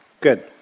good